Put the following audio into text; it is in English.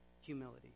humility